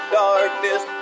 darkness